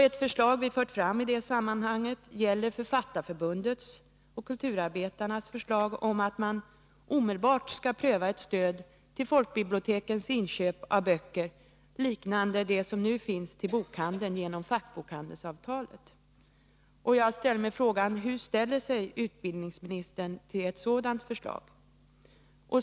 Ett förslag vi har fört fram i det sammanhanget är Författarförbundets och kulturarbetarnas förslag om att man omedelbart skall pröva ett stöd till folkbibliotekens inköp av böcker, liknande det som nu finns till bokhandeln genom fackbokhandelsavtalet. Jag ställer frågan: Hur ställer sig utbildningsministern till ett sådant förslag?